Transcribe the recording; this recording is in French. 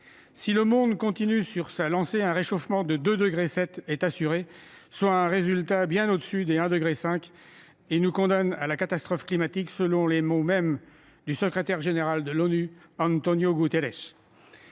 Si le monde continue sur sa lancée, un réchauffement de 2,7 degrés Celsius est assuré, soit un résultat bien supérieur à 1,5 degré Celsius, et nous condamne à la « catastrophe climatique » selon les mots du secrétaire général de l'ONU, António Guterres.